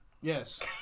Yes